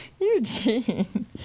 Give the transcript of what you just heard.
Eugene